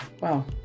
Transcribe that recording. wow